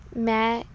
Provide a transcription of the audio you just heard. ਮੈਂ